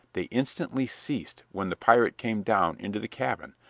they instantly ceased when the pirate came down into the cabin,